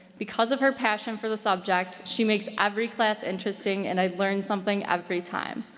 because of her passion for the subject, she makes every class interesting and i've learned something every time.